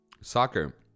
Soccer